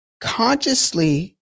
consciously